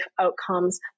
outcomes